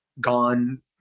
gone